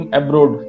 abroad